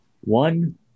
One